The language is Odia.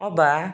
ଅବା